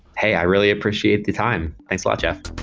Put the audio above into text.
hey, i really appreciate the time. thanks a lot, jeff.